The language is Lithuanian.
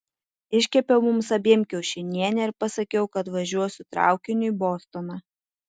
iškepiau mums abiem kiaušinienę ir pasakiau kad važiuosiu traukiniu į bostoną